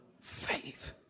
faith